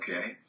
Okay